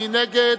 מי נגד?